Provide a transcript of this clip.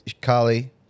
Kali